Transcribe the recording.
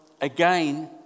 again